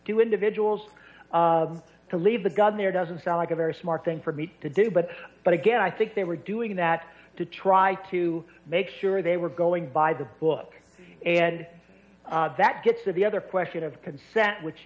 do individuals to leave the gun there doesn't sound like a very smart thing for me to do but but again i think they were doing that to try to make sure they were going by the book and that gets to the other question of consent which